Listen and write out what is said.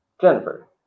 Jennifer